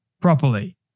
properly